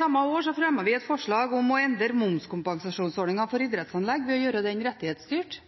Samme år fremmet vi et forslag om å endre momskompensasjonsordningen for idrettsanlegg ved å gjøre den rettighetsstyrt.